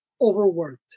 overworked